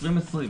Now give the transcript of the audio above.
2020,